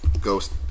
ghost